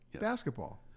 Basketball